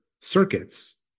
circuits